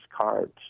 cards